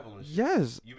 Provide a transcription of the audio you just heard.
Yes